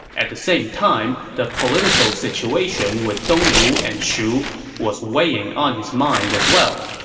at the same time, the political situation with dongwu and shu was weighing on his mind as well.